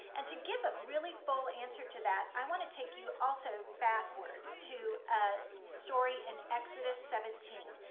and to give a really full answer to that i want to take you also backwards to a story in exodus seventeen,